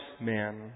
man